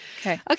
Okay